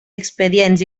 expedients